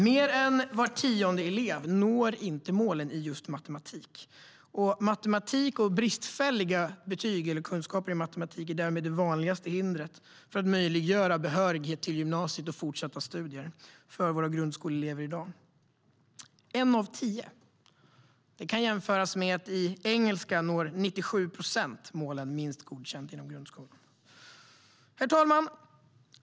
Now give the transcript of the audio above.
Mer än var tionde elev når inte målen i just matematik. Bristfälliga kunskaper i matematik är därmed det vanligaste hindret mot att möjliggöra för våra grundskoleelever att få behörighet till gymnasiet och fortsatta studier. En av tio kan jämföras med att i engelska når 97 procent målet minst godkänt inom grundskolan. Herr talman!